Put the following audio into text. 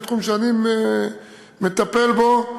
זה תחום שאני מטפל בו,